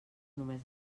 només